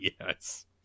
Yes